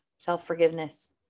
self-forgiveness